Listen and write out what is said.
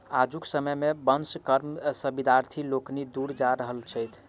आजुक समय मे वंश कर्म सॅ विद्यार्थी लोकनि दूर जा रहल छथि